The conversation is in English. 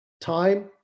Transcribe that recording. time